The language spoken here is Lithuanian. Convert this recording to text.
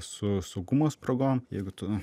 su saugumo spragom jeigu tu